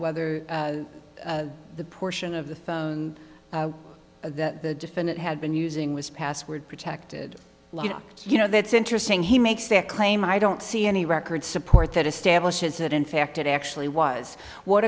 whether the portion of the phone that the defendant had been using was password protected you know that's interesting he makes the claim i don't see any record support that establishes that in fact it actually was what